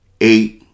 eight